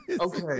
Okay